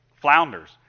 flounders